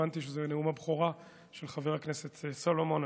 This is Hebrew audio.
הבנתי שזה נאום הבכורה של חבר הכנסת סולומון.